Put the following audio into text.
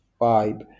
vibe